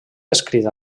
descrit